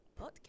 podcast